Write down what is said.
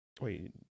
Wait